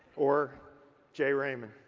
or jay raymond.